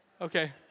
Okay